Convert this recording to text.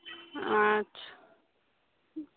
अच्छा